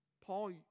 Paul